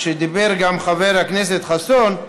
שדיבר גם חבר הכנסת חסון,